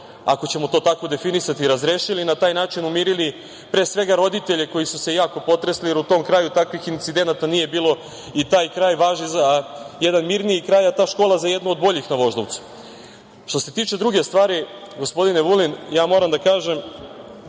ako ćemo to tako definisati, i razrešili i na taj način umirili pre svega roditelje koji su se jako potresli, jer u tom kraju takvih incidenata nije bilo i taj kraj važi za jedan mirniji kraj, a ta škola za jednu od boljih na Voždovcu. Što se tiče druge stvari, gospodine Vulin, ja moram da kažem